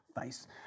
face